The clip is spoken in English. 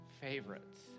favorites